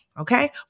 Okay